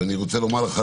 ואני רוצה לומר לך,